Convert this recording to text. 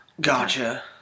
Gotcha